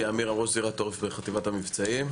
אני ראש זירת העורף בחטיבת המבצעים.